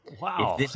Wow